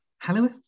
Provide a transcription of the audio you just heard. Hello